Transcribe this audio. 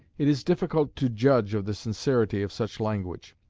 it is difficult to judge of the sincerity of such language.